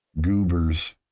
goobers